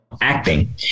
acting